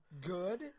good